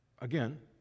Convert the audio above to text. Again